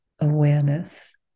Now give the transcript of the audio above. awareness